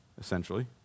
essentially